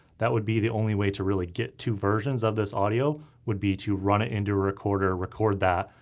that would be the only way to really get two versions of this audio would be to run it into a recorder, record that,